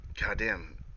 goddamn